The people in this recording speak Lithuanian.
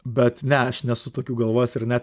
bet ne aš nesu tokių galvojęs ir ne